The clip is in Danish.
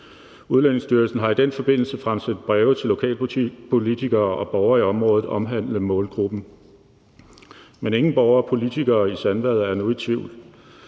Udlændingestyrelsen har i den forbindelse fremsendt breve til lokalpolitikere og borgere i området omhandlende målgruppen. Men ingen borgere eller politikere i Sandvad er nu i tvivl.